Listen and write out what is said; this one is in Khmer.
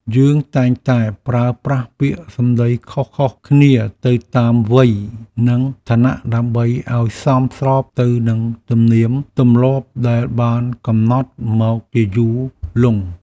យើងតែងតែប្រើប្រាស់ពាក្យសម្តីខុសៗគ្នាទៅតាមវ័យនិងឋានៈដើម្បីឱ្យសមស្របទៅនឹងទំនៀមទម្លាប់ដែលបានកំណត់មកជាយូរលង់។